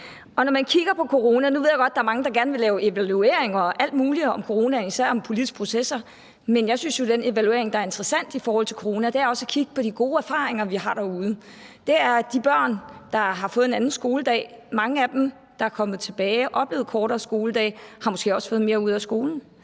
Nu ved jeg godt, at der er mange, der gerne vil lave evalueringer af alt muligt i forbindelse med coronaen og især af politiske processer, men jeg synes jo, at den evaluering, der er interessant i forhold til corona, også handler om at kigge på de gode erfaringer, vi har derude. Det er de børn, der har fået en anden skoledag. Mange af dem, der er kommet tilbage og har oplevet kortere skoledage, har måske også fået mere ud af skolen.